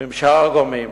ועם שאר הגורמים.